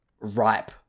ripe